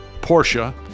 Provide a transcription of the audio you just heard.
Porsche